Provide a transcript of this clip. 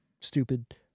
stupid